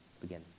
begin